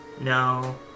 No